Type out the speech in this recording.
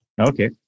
Okay